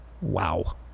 Wow